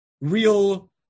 real